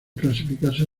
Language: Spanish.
clasificarse